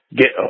get